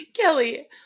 Kelly